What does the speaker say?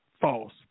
false